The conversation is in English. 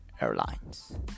airlines